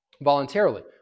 voluntarily